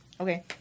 Okay